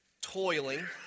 toiling